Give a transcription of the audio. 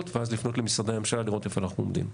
ואז לפנות למשרדי הממשלה לראות איפה אנחנו עומדים.